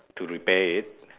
to repair it